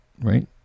right